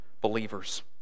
believers